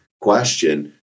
question